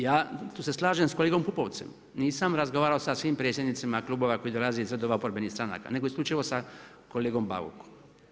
Ja, tu se slažem s kolegom Pupovcem, nisam razgovarao sa svim predsjednicima klubova, koji dolaze iz redova oporbenih stranka, nego isključivo sa kolegom Baukom.